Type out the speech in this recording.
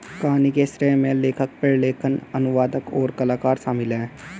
कहानी के श्रेय में लेखक, प्रलेखन, अनुवादक, और कलाकार शामिल हैं